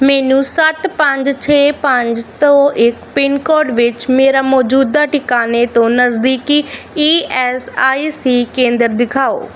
ਮੈਨੂੰ ਸੱਤ ਪੰਜ ਛੇ ਪੰਜ ਦੋ ਇੱਕ ਪਿੰਨ ਕੋਡ ਵਿੱਚ ਮੇਰਾ ਮੌਜੂਦਾ ਟਿਕਾਣੇ ਤੋਂ ਨਜ਼ਦੀਕੀ ਈ ਐਸ ਆਈ ਸੀ ਕੇਂਦਰ ਦਿਖਾਓ